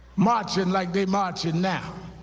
marching like they're marching now,